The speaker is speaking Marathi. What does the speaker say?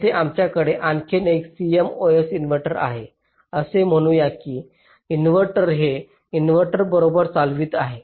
येथे आमच्याकडे आणखी एक CMOS इन्व्हर्टर आहे असे म्हणू या की ही इन्व्हर्टर हे इन्व्हर्टर बरोबर चालवित आहे